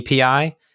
API